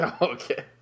Okay